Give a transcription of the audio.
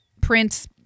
Prince